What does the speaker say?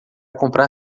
comprar